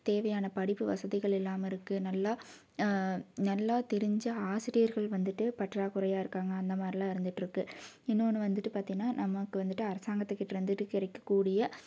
தேவையான படிப்பு வசதிகள் இல்லாமல் இருக்கு நல்லா நல்லா தெரிஞ்ச ஆசிரியர்கள் வந்துட்டு பற்றாக்குறையாக இருக்காங்க அந்த மாதிரிலாம் இருந்துட்ருக்கு இன்னொன்னு வந்துட்டு பாத்தீங்கன்னா நமக்கு வந்துட்டு அரசாங்கத்துக்கிட்டே இருந்துட்டு கிடைக்கக்கூடிய